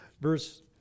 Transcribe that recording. verse